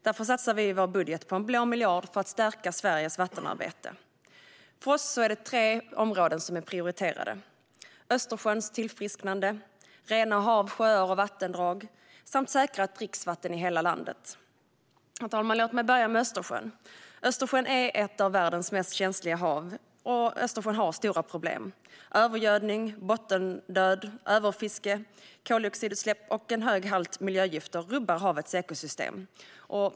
Därför satsar vi i vår budget på en blå miljard för att stärka Sveriges vattenarbete. För oss är tre områden prioriterade: Östersjöns tillfrisknande, rena hav, sjöar och vattendrag samt säkrat dricksvatten i hela landet. Herr talman! Låt mig börja med Östersjön. Östersjön är ett av världens mest känsliga hav, och det har stora problem. Övergödning, bottendöd, överfiske, koldioxidutsläpp och en hög halt miljögifter rubbar havets ekosystem.